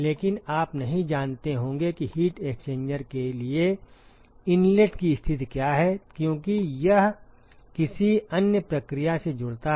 लेकिन आप नहीं जानते होंगे कि हीट एक्सचेंजर के लिए इनलेट की स्थिति क्या है क्योंकि यह किसी अन्य प्रक्रिया से जुड़ता है